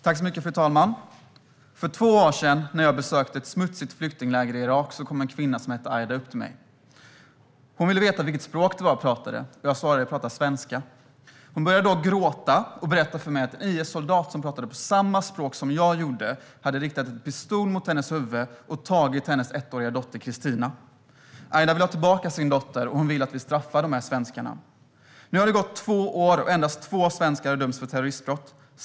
Fru talman! För två år sedan, när jag besökte ett smutsigt flyktingläger i Irak, kom en kvinna som hette Aida upp till mig. Hon ville veta vilket språk det var jag talade. Jag svarade att jag talade svenska. Hon började då gråta och berättade för mig att en IS-soldat som talade samma språk som jag hade riktat en pistol mot hennes huvud och tagit hennes ettåriga dotter Christina. Aida vill ha tillbaka sin dotter, och hon vill att vi straffar de här svenskarna. Nu har det gått två år, och endast två svenskar har dömts för terroristbrott.